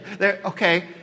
Okay